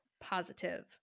positive